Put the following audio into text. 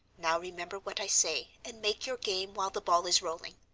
now remember what i say, and make your game while the ball is rolling.